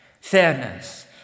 fairness